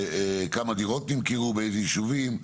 כמה דירות נמכרו, באיזה יישובים.